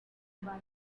tobago